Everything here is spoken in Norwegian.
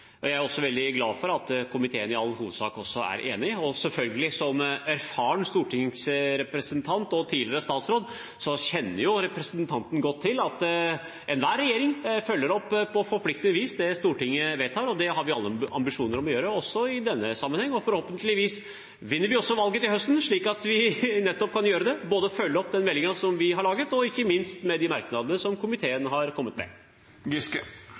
Jeg er også veldig glad for at komiteen i all hovedsak er enig, og selvfølgelig, som erfaren stortingsrepresentant og tidligere statsråd, kjenner jo representanten godt til at enhver regjering følger opp på forpliktende vis det Stortinget vedtar. Det har vi ambisjoner om å gjøre, også i denne sammenheng. Forhåpentligvis vinner vi også valget til høsten, slik at vi nettopp kan gjøre det, både følge opp den meldingen vi har laget, og ikke minst med de merknadene som komiteen har kommet